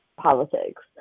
politics